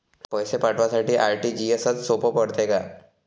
पैसे पाठवासाठी आर.टी.जी.एसचं सोप पडते का?